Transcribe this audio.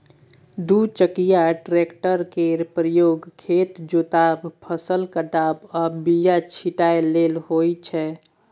दु चकिया टेक्टर केर प्रयोग खेत जोतब, फसल काटब आ बीया छिटय लेल होइ छै